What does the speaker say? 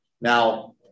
Now